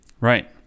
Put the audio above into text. Right